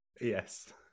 Yes